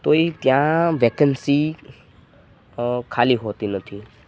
તોય એ ત્યાં વેકેન્સી ખાલી હોતી નથી